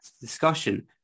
discussion